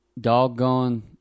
doggone